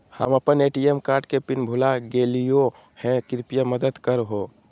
हम अप्पन ATM card के पिन भुला गेलिओ हे कृपया मदद कर हो